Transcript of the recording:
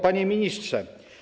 Panie Ministrze!